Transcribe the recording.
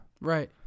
Right